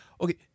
Okay